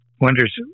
wonders